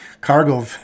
cargo